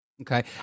Okay